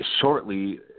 Shortly